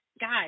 guys